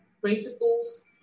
principles